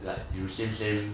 like you same same